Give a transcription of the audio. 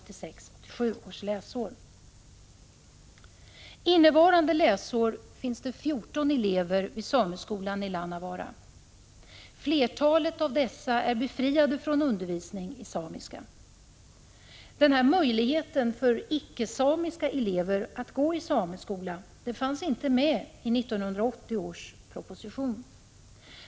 Innevarande läsår finns det 14 elever vid sameskolan i Lannavaara. Flertalet av dessa är befriade från undervisning i samiska. Denna möjlighet för icke-samiska elever att gå i sameskola fanns inte med i 1980 års proposition.